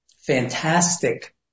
fantastic